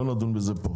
לא נדון בזה פה.